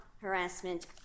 harassment